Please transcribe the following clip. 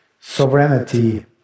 sovereignty